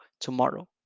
tomorrow